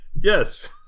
yes